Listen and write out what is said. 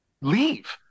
leave